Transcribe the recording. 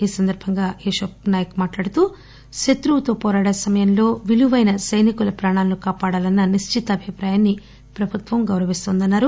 ఈ సందర్భంగా నాయక్ మాట్టాడుతూ శత్రువుతో పోరాడే సమయంలో విలుపైన సైనికుల ప్రాణాలను కాపాడాలన్న నిశ్చితాభిప్రాయాన్ని ప్రభుత్వం గౌరవించిందన్నారు